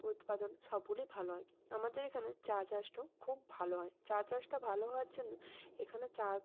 উৎপাদন সবগুলি ভালো হয় আমাদের এখানে চা চাষটাও খুব ভালো হয় চা চাষটা ভালো হওয়ার জন্য এখানে চা